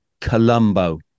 Colombo